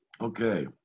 okay